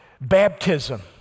Baptism